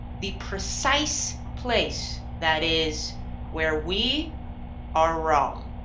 the precise place that is where we are wrong.